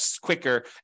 quicker